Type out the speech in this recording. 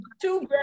two